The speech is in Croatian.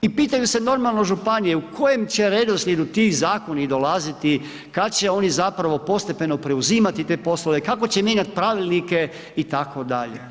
I pitaju se, normalno županije, u kojem će redoslijedu ti zakoni dolaziti, kad će oni zapravo postepeno preuzimati te poslove, kako će mijenjati pravilnike, itd.